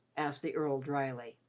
asked the earl dryly.